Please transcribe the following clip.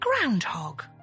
groundhog